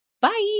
bye